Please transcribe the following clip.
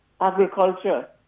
agriculture